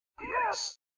yes